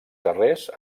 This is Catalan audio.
carrers